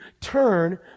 turn